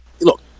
look